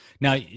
Now